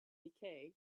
decay